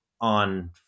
on